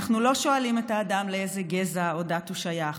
אנחנו לא שואלים את האדם לאיזה גזע או דת הוא שייך.